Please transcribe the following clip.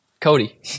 Cody